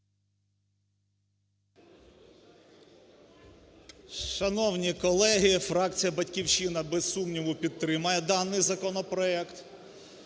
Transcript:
Шановні колеги, фракція "Батьківщина", без сумніву, підтримає даний законопроект.